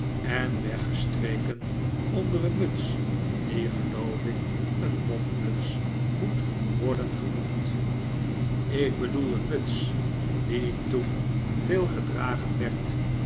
en weggestreken onder een muts die geloof ik een mopmuts moet worden genoemd ik bedoel een muts die toen veel gedragen werd